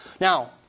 Now